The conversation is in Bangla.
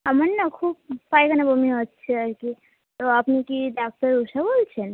আমার না খুব পায়খানা বমি হচ্ছে আর কি তো আপনি কি ডাক্তার ঊষা বলছেন